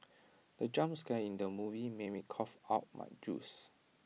the jump scare in the film made me cough out my juice